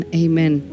amen